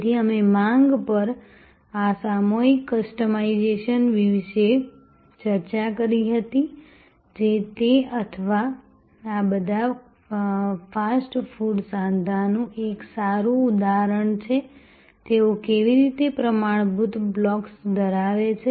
તેથી અમે માંગ પર આ સામૂહિક કસ્ટમાઇઝેશન વિશે ચર્ચા કરી હતી જે તે અથવા આ બધા ફાસ્ટ ફૂડ સાંધાનું એક સારું ઉદાહરણ છે તેઓ કેવી રીતે પ્રમાણભૂત બ્લોક્સ ધરાવે છે